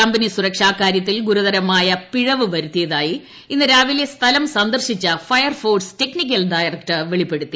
company സുരക്ഷ കാര്യത്തിൽ ഗുരുതരമായ പിഴവ് വരുത്തിയതായി ഇന്ന് രാവിലെ സ്ഥലം സന്ദർശിച്ച ഫയർഫോഴ്സ് ടെക്നിക്കൽ ഡയറക്ടർ വെളിപ്പെടുത്തി